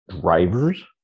drivers